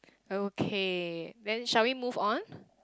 okay then shall we move on